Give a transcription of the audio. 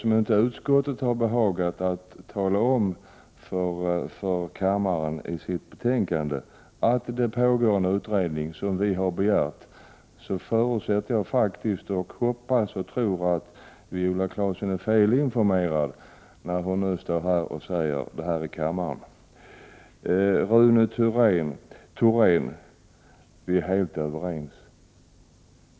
Så länge utskottet inte har behagat tala om i sitt betänkande att en sådan utredning som vi har begärt redan pågår förutsätter jag faktiskt och hoppas och tror att Viola Claesson är felinformerad när det gäller det hon påstår här i kammaren. Rune Thorén! Vi är helt överens.